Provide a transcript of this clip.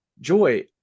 Joy